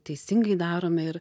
teisingai darome ir